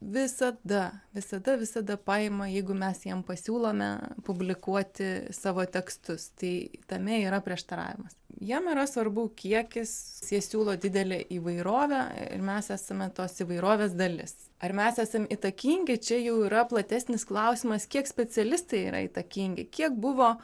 visada visada visada paima jeigu mes jiem pasiūlome publikuoti savo tekstus tai tame yra prieštaravimas jiem yra svarbu kiekis jie siūlo didelę įvairovę ir mes esame tos įvairovės dalis ar mes esam įtakingi čia jau yra platesnis klausimas kiek specialistai yra įtakingi kiek buvo